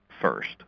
first